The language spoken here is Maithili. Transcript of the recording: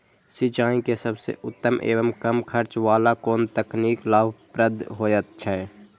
सिंचाई के सबसे उत्तम एवं कम खर्च वाला कोन तकनीक लाभप्रद होयत छै?